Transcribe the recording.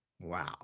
Wow